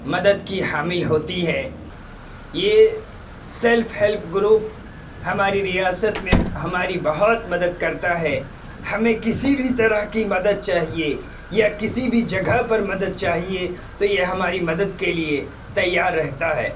مدد کی حامل ہوتی ہے یہ سیلف ہیلپ گروپ ہماری ریاست میں ہماری بہت مدد کرتا ہے ہمیں کسی بھی طرح کی مدد چاہیے یا کسی بھی جگہ پر مدد چاہیے تو یہ ہماری مدد کے لیے تیار رہتا ہے